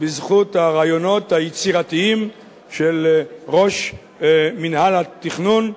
בזכות הרעיונות היצירתיים של ראש מינהל התכנון,